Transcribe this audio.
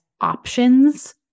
options